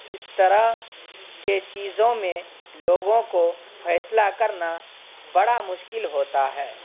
اس طرح کے چیزوں میں لوگوں کو فیصلہ کرنا بڑا مشکل ہوتا ہے